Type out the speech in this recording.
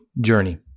journey